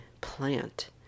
plant